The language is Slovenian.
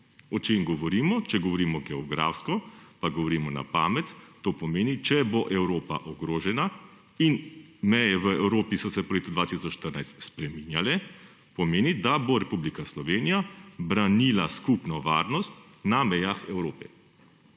O čem govorimo? Če govorimo geografsko, pa govorimo na pamet, to pomeni, da če bo Evropa ogrožena, in meje v Evropi so se po letu 2014 spreminjale, bo Republika Slovenija branila skupno varnost na mejah Evrope.